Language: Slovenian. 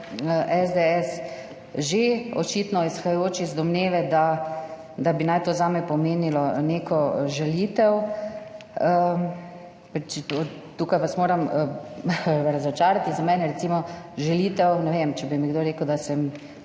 SDS, že očitno izhajajoč iz domneve, da da bi naj to zame pomenilo neko žalitev. Tukaj vas moram razočarati, za mene recimo žalitev, ne vem, če bi mi kdo rekel, da sem